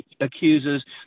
accuses